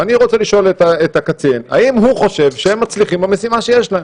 ואני רוצה לשאול את הקצין האם הוא חושב שהם מצליחים במשימה שיש להם,